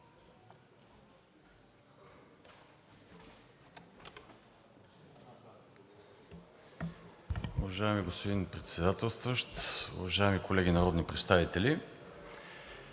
Уважаеми господин Председател, уважаеми колеги народни представители!